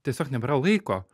tiesiog nebėra laiko